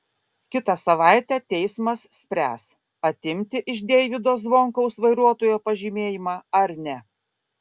kitą savaitę teismas spręs atimti iš deivydo zvonkaus vairuotojo pažymėjimą ar ne